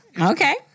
Okay